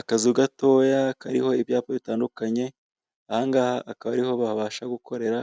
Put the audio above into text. Akazu gatoya kariho ibyapa bitandukanye ahangaha akaba ariho babasha gukorera